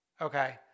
okay